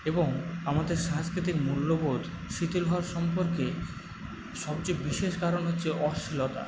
এবং আমাদের সাংস্কৃতিক মূল্যবোধ সম্পর্কে সবচেয়ে বিশেষ কারণ হচ্ছে অশ্লীলতা